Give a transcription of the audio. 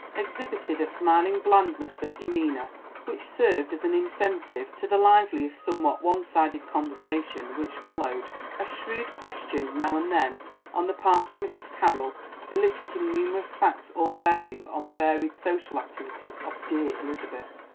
exhibited a smiling blandness of demeanour which served as an incentive to the lively, if somewhat one-sided conversation which followed a shrewd question now and then on the part of mrs. carroll eliciting numerous facts all bearing on the varied social activities of dear elizabeth.